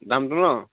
দামটো নহ্